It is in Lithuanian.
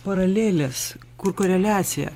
paralelės kur koreliacija